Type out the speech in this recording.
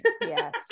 Yes